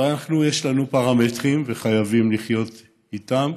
אבל אנחנו, יש לנו פרמטרים, וחייבים לחיות איתם.